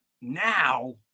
Now